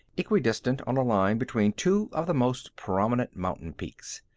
equidistant on a line between two of the most prominent mountain peaks.